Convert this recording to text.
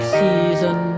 season